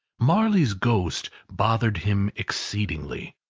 marley's ghost bothered him exceedingly.